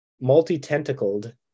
multi-tentacled